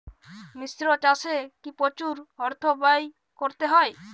মিশ্র চাষে কি প্রচুর অর্থ ব্যয় করতে হয়?